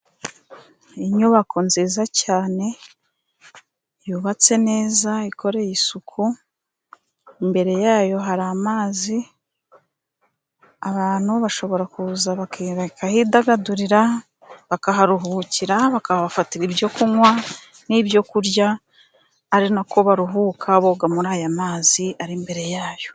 Inyubako nziza cyane, yubatse neza ikoreye isuku, imbere yayo hari amazi, abantu bashobora kuza bakiye bakahidagadurira, bakaharuhukira, bakahafatira n'ibyo kunywa n'ibyokurya, ari nako baruhuka boga muri aya mazi ari imbere yayo.